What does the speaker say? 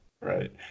Right